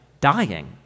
dying